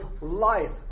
life